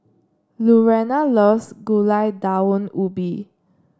Lurena loves Gulai Daun Ubi